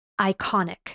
iconic